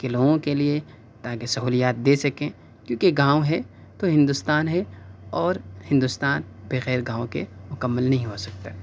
کے لوگوں کے لیے تاکہ سہولیات دے سکیں کیوں کہ گاؤں ہے تو ہندوستان ہے اور ہندوستان بغیر گاؤں کے مکمل نہیں ہو سکتا